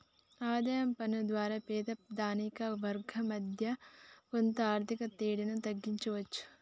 ఆదాయ పన్ను ద్వారా పేద ధనిక వర్గాల మధ్య కొంత ఆర్థిక తేడాను తగ్గించవచ్చు